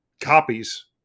copies